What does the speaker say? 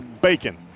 bacon